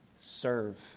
serve